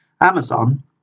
Amazon